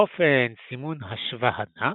אופן סימון השווא הנע,